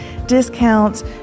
discounts